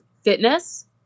fitness